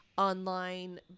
online